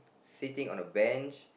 sitting on a bench